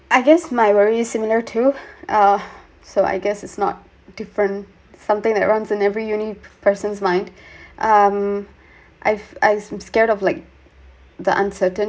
I guess my worries similar too uh so I guess it's not different something that runs in every uni person's mind um I've I'm scared of like the uncertain